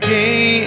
day